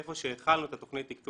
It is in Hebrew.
איפה שהחלנו את התוכנית תקצוב